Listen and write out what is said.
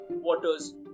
waters